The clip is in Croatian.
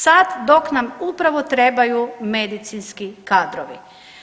Sad dok nam upravo trebaju medicinski kadrovi.